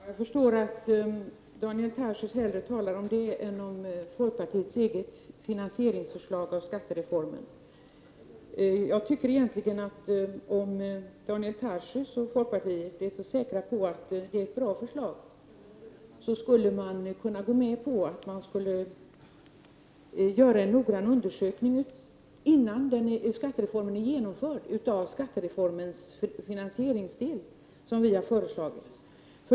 Herr talman! Jag förstår att Daniel Tarschys hellre talar om centerns ekonomiska politik än om folkpartiets eget förslag till hur skattereformen skall finansieras. Om Daniel Tarschys och folkpartiet är så säkra på att förslaget är så bra borde man också kunna gå med på att genomföra en noggrann undersökning av skattereformens finansieringsdel innan den är genomförd, vilket vi har föreslagit.